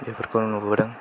बेफोरखौ नुबोदों